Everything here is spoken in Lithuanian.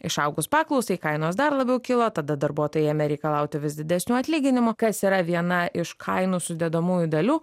išaugus paklausai kainos dar labiau kilo tada darbuotojai ėmė reikalauti vis didesnių atlyginimų kas yra viena iš kainų sudedamųjų dalių